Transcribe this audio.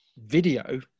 video